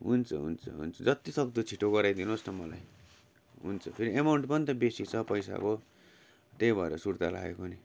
हुन्छ हुन्छ हुन्छ जत्तिसक्दो छिट्टो गराइदिनु होस् न मलाई हुन्छ फेरि एमाउन्ट पनि त बेसी छ पैसाको अब त्यही भएर सुर्ता लागेको नि